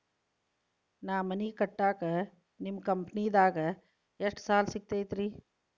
ನಾ ಮನಿ ಕಟ್ಟಾಕ ನಿಮ್ಮ ಕಂಪನಿದಾಗ ಎಷ್ಟ ಸಾಲ ಸಿಗತೈತ್ರಿ?